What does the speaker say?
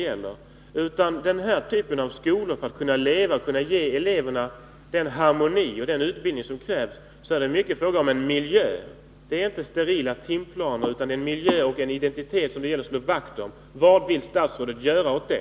För att denna typ av skolor skall kunna leva och ge eleverna den harmoni och den utbildning som krävs, är miljön en viktig fråga. Det är inte sterila timplaner utan miljön och en identitet som det gäller att slå vakt om. Vad vill statsrådet göra åt det?